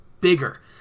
bigger